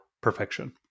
perfection